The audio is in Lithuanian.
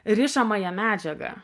rišamąją medžiagą